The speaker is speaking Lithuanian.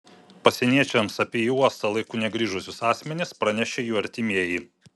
pasieniečiams apie į uostą laiku negrįžusius asmenis pranešė jų artimieji